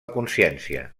consciència